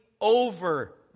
over